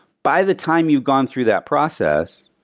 by the time you've gone through that process,